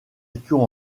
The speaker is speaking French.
étions